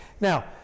Now